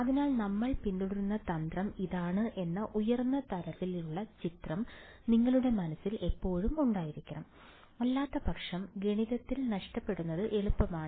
അതിനാൽ നമ്മൾ പിന്തുടരുന്ന തന്ത്രം ഇതാണ് എന്ന ഉയർന്ന തലത്തിലുള്ള ചിത്രം നിങ്ങളുടെ മനസ്സിൽ എപ്പോഴും ഉണ്ടായിരിക്കണം അല്ലാത്തപക്ഷം ഗണിതത്തിൽ നഷ്ടപ്പെടുന്നത് എളുപ്പമാണ്